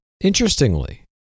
Interestingly